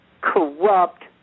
corrupt